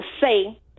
say